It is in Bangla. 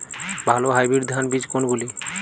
ভালো হাইব্রিড ধান বীজ কোনগুলি?